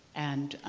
and